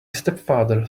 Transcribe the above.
stepfather